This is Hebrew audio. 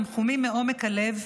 תנחומים מעומק הלב,